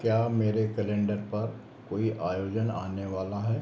क्या मेरे कैलेंडर पर कोई आयोजन आने वाला है